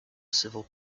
civil